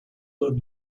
look